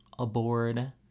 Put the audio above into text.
Aboard